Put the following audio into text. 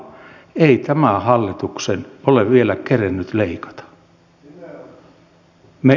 ei tämä hallitus ole vielä kerennyt leikata